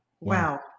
Wow